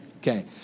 Okay